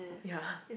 ya